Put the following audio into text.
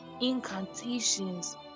incantations